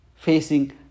facing